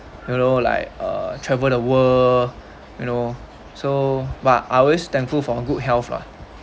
you know like uh travel the world you know so but I always thankful for a good health lah